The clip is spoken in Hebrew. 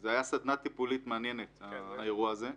זה היה סדנה טיפולית מעניינת, האירוע הזה.